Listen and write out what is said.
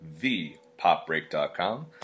ThePopBreak.com